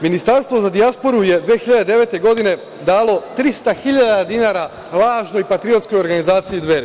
Ministarstvo za dijasporu je 2009. godine dalo 300 hiljada dinara lažnoj patriotskoj organizaciji Dveri.